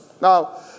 Now